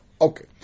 Okay